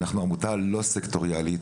אנחנו עמותה לא סקטוריאלית,